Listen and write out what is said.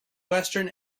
western